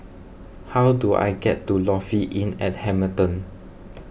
how do I get to Lofi Inn at Hamilton